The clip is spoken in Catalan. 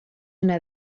una